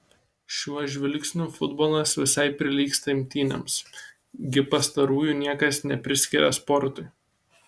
šiuo žvilgsniu futbolas visai prilygsta imtynėms gi pastarųjų niekas nepriskiria sportui